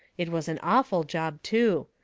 it was an awful job, too.